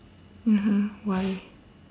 (uh huh) why